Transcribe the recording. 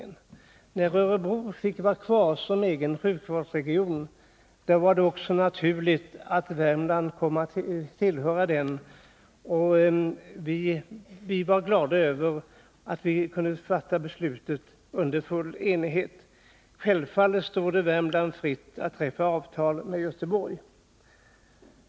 När Örebro fick bli kvar som egen sjukvårdsregion var det också naturligt att Värmland kom att tillhöra den. Vi var glada över att vi kunde fatta det beslutet i full enighet. Självfallet står det Värmland fritt att träffa avtal med Göteborg.